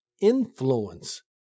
influence